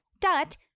dot